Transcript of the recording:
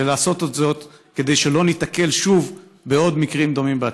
ולעשות זאת כדי שלא ניתקל שוב בעוד מקרים דומים בעתיד.